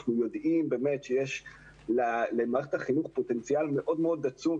אנחנו יודעים שיש למערכת החינוך פוטנציאל עצום,